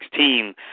2016